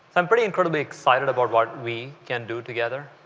i'm pretty incredibly excite ed about what we can do together,